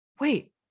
wait